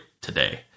today